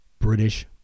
British